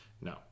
no